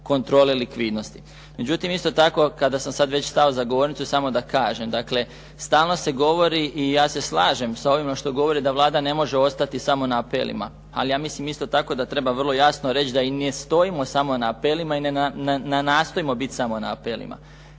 kontrole likvidnosti. Međutim, isto tako kada sam sad već stao za govornicu samo da kažem. Dakle, stalno se govori i ja se slažem sa ovima što govore da Vlada ne može ostati samo na apelima. Ali ja mislim isto tako da treba vrlo jasno reći da i ne stojimo samo na apelima i ne nastojimo biti samo na apelima.